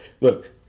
look